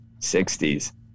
60s